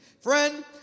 Friend